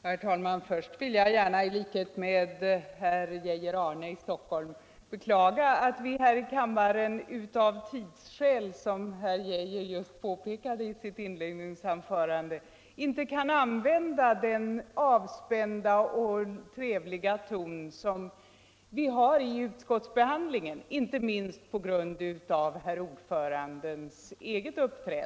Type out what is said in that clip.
Herr talman! Först vill jag gärna i likhet med herr Arne Geijer i Stockholm beklaga att vi här i kammaren inte kan använda den avspända och trevliga ton som vi har i utskottsbehandlingen, inte minst tack vare herr ordförandens ledning. Som herr Geijer påpekade i sitt inledningsanförande är vi forcerade av tidsskäl.